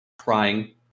crying